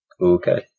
Okay